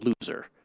loser